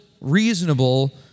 reasonable